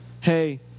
hey